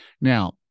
Now